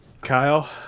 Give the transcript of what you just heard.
Kyle